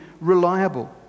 reliable